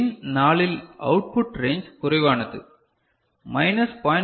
பின் 4 இல் output range குறைவானது minus 0